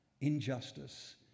injustice